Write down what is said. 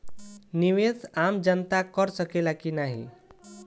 निवेस आम जनता कर सकेला की नाहीं?